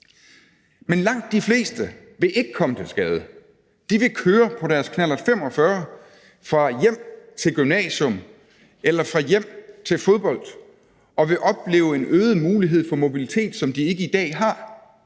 Men langt de fleste vil ikke komme til skade. De vil køre på deres knallert 45 fra hjem til gymnasium eller fra hjem til fodbold og vil opleve en øget mulighed for mobilitet, som de ikke har